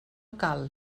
cal